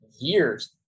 years